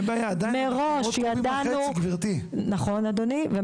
אין בעיה, עדיין אנחנו